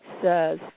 says